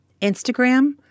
Instagram